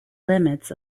limits